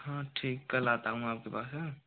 हाँ ठीक कल आता हूँ मैं आपके पास हैना